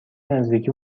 نزدیکی